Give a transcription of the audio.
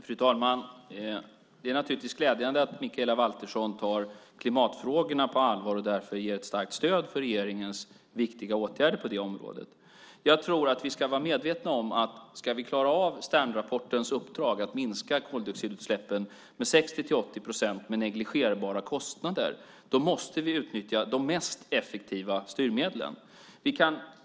Fru talman! Det är naturligtvis glädjande att Mikaela Valtersson tar klimatfrågorna på allvar och därför ger regeringens viktiga åtgärder på det området ett starkt stöd. Jag tror att vi ska vara medvetna om att vi om vi ska klara av Sternrapportens uppdrag - att minska koldioxidutsläppen med 60-80 procent till negligerbara kostnader - måste utnyttja de mest effektiva styrmedlen.